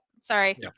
sorry